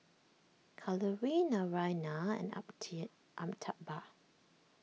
Kalluri Naraina and Amit Amitabh